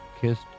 kissed